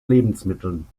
lebensmitteln